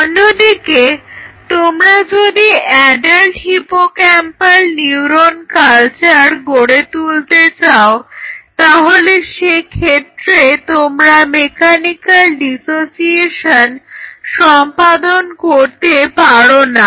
অন্যদিকে তোমরা যদি অ্যাডাল্ট হিপোক্যাম্পাল নিউরন কালচার গড়ে তুলতে চাও তাহলে সেক্ষেত্রে তোমরা মেকানিক্যাল ডিসোসিয়েশন সম্পাদন করতে পারো না